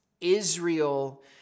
Israel